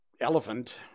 elephant